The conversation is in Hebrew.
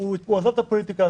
עזב את הפוליטיקה,